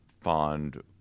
fond